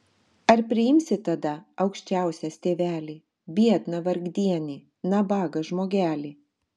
ar priimsi tada aukščiausias tėveli biedną vargdienį nabagą žmogelį